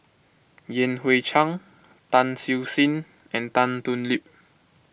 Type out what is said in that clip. Yan Hui Chang Tan Siew Sin and Tan Thoon Lip